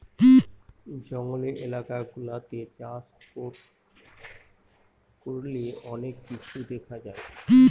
জঙ্গলের এলাকা গুলাতে চাষ করলে অনেক কিছু দেখা যায়